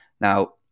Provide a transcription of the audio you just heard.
Now